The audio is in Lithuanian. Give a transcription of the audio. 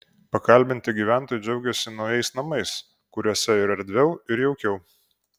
pakalbinti gyventojai džiaugėsi naujais namais kuriuose ir erdviau ir jaukiau